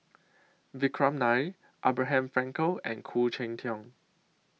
Vikram Nair Abraham Frankel and Khoo Cheng Tiong